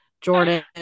Jordan